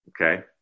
Okay